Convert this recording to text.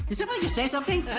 somebody just say something?